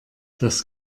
das